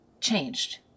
changed